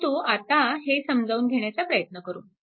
परंतु आता हे समजावून घेण्याचा प्रयत्न करू